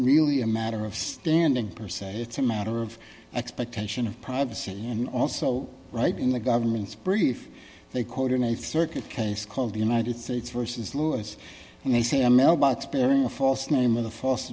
really a matter of standing per se it's a matter of expectation of privacy and also right in the government's brief they called in a circuit case called united states versus lewis and they say a mailbox bearing false name